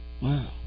Wow